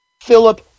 Philip